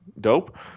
Dope